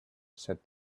said